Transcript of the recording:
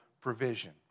provision